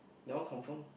that one confirm